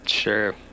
sure